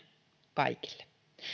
kaikille